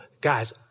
Guys